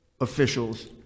officials